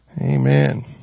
Amen